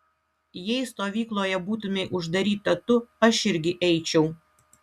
jei stovykloje būtumei uždaryta tu aš irgi eičiau